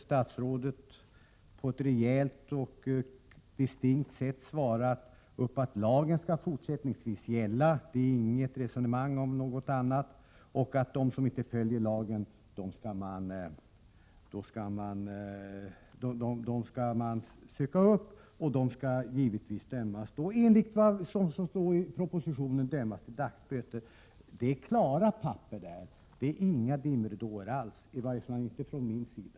Statsrådet svarar rejält och distinkt att lagen fortsättningsvis skall gälla. Det är inte tal om något annat. De som inte följer lagen skall man söka upp. De skall givetvis dömas till dagsböter i enlighet med vad som står i propositionen. Det är klara papper. Det är inte alls några dimridåer, i varje fall inte från min sida.